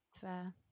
fair